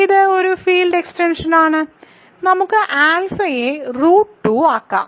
ഇത് ഒരു ഫീൽഡ് എക്സ്റ്റൻഷനാണ് നമുക്ക് ആൽഫയെ റൂട്ട് 2 ആക്കാം